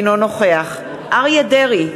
אינו נוכח אריה דרעי,